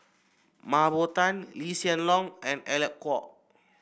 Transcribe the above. Mah Bow Tan Lee Hsien Loong and Alec Kuok